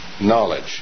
knowledge